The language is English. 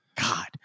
God